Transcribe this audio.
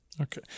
Okay